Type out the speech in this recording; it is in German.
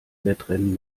wettrennen